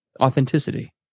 authenticity